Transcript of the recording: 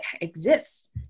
Exists